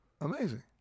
Amazing